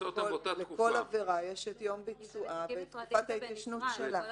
לכל עבירה יש יום ביצועה ותקופת ההתיישנות שלה.